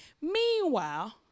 Meanwhile